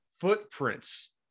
footprints